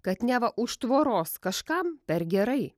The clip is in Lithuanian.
kad neva už tvoros kažkam per gerai